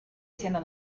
siendo